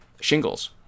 shingles